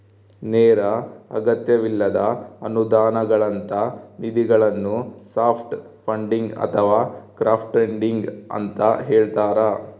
ನೇರ ಅಗತ್ಯವಿಲ್ಲದ ಅನುದಾನಗಳಂತ ನಿಧಿಗಳನ್ನು ಸಾಫ್ಟ್ ಫಂಡಿಂಗ್ ಅಥವಾ ಕ್ರೌಡ್ಫಂಡಿಂಗ ಅಂತ ಹೇಳ್ತಾರ